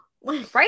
Right